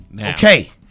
okay